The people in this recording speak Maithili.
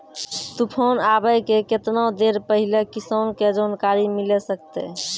तूफान आबय के केतना देर पहिले किसान के जानकारी मिले सकते?